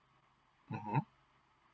(uh huh)